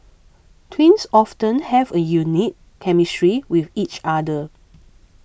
twins often have a unique chemistry with each other